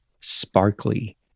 sparkly